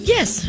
Yes